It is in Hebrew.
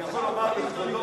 אני יכול לומר לכבודו,